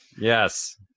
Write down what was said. Yes